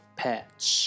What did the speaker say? patch